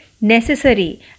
necessary